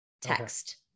text